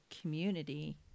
community